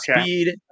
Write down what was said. Speed